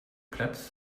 platz